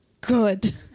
Good